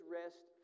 rest